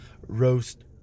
roast